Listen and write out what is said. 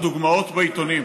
הדוגמאות, בעיתונים.